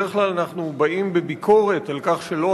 בדרך כלל אנחנו באים בביקורת על כך שלא